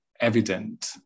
evident